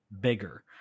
bigger